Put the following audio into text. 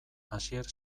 asier